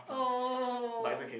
oh